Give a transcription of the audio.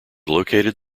located